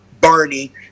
Barney